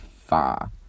far